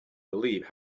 believe